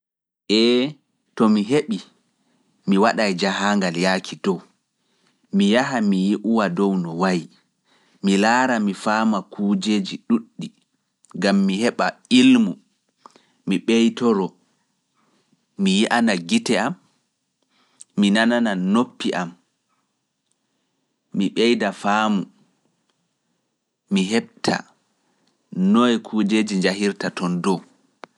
Ee to mi heɓi, mi waɗay jahaangal yaaki dow, mi yaha mi yi'uwa dow no wayi, mi laara mi faama kuujeji ɗuuɗɗi, gam mi heɓa ilmu, mi ɓeytoro. mi yi'ana gite am, mi nanana noppi am, mi ɓeyda faamu, mi heɓta noye kuujeji njahirta toon dow.